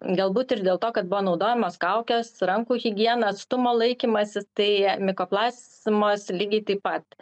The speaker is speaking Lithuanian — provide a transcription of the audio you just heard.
galbūt ir dėl to kad buvo naudojamos kaukės rankų higiena atstumo laikymasis tai mikoplazmos lygiai taip pat